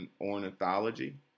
Ornithology